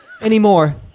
anymore